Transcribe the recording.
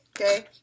Okay